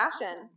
fashion